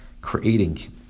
creating